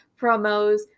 promos